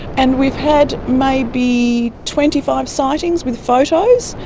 and we've had maybe twenty five sightings with photos.